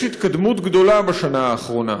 יש התקדמות גדולה בשנה האחרונה: